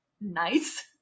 nice